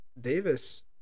Davis